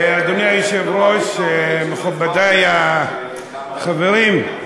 אדוני היושב-ראש, מכובדי החברים,